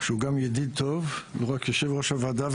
שהוא גם ידיד טוב, לא רק יושב-ראש הוועדה.